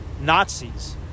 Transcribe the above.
Nazis